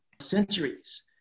centuries